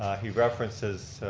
he references,